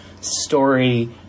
story